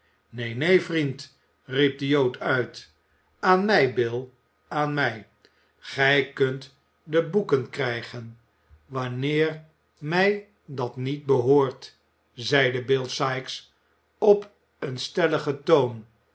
neen neen vriend riep de jood uit aan mij bill aan mij gij kunt de boeken krijgen wanneer mij dat niet behoort zeide bill sikes op een stelligen toon